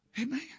Amen